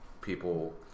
people